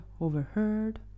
overheard